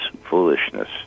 foolishness